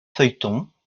feuilletons